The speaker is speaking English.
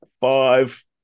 Five